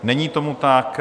Není tomu tak.